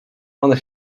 one